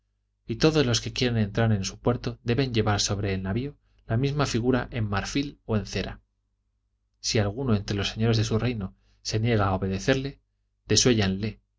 y todos los que quieren entrar en su puerto deben llevar sobre el navio la misma figura en marfil o en cera si alguno entre los señores de su reino se niega a obedecerle